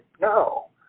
No